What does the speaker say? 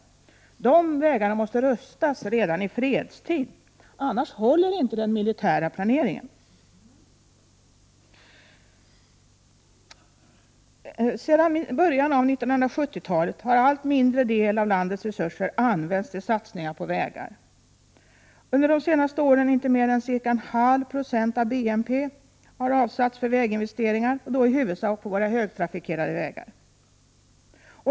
1988/89:107 måste rustas redan i fredstid, annars håller inte den militära planeringen. Sedan början av 1970-talet har en allt mindre del av landets resurser använts till satsningar på vägar. Under de senaste åren har inte mer än ca 0,5 20 av BNP avsatts för väginvesteringar, i huvudsak på våra högtrafikerade vägar.